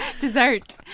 Dessert